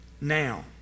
now